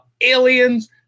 aliens